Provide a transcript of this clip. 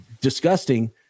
disgusting